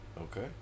okay